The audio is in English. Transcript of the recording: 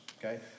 Okay